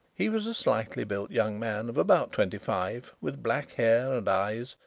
he was a slightly built young man of about twenty-five, with black hair and eyes,